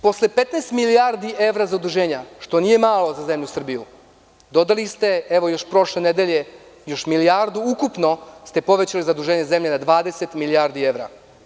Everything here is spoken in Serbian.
Posle 15 milijardi evra zaduženja, što nije malo za zemlju Srbiju, dodali ste evo još prošle nedelje, još milijardu ukupno ste povećali zaduženje zemlje na 20 milijardi evra.